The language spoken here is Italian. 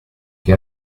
che